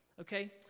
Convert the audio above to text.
okay